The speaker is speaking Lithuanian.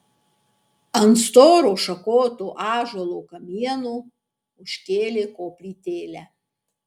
ant storo šakoto ąžuolo kamieno užkėlė koplytėlę